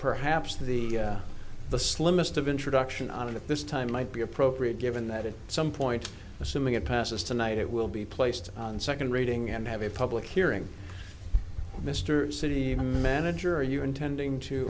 perhaps the the slimmest of introduction on it at this time might be appropriate given that it some point assuming it passes tonight it will be placed on second reading and have a public hearing mr city manager are you intending to